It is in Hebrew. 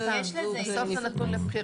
כן, בסוף זה נתון לבחירתם.